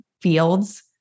fields